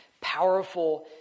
powerful